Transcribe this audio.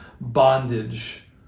bondage